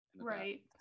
right